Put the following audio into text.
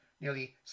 nearly